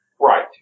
Right